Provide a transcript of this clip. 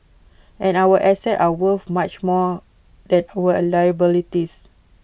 and our assets are worth much more than our liabilities